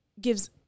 gives